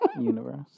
universe